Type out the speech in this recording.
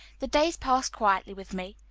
the days passed quietly with me.